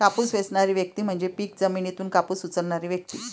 कापूस वेचणारी व्यक्ती म्हणजे पीक जमिनीतून कापूस उचलणारी व्यक्ती